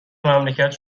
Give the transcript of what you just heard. مملکت